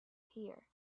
here